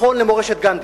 מכון למורשת גנדי.